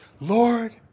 Lord